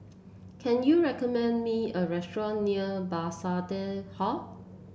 can you recommend me a restaurant near Bethesda Hall